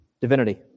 divinity